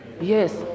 Yes